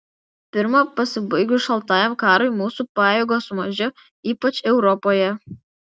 pirma pasibaigus šaltajam karui mūsų pajėgos sumažėjo ypač europoje